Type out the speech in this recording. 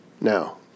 now